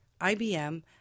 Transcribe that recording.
IBM